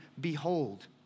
behold